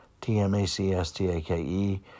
T-M-A-C-S-T-A-K-E